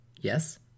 yes